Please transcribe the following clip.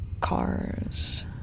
cars